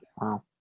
Wow